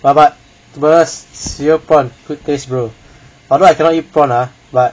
but but to be honestly cereal prawn quick taste bro although I cannot eat prawn ah